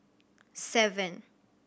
seven